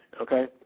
okay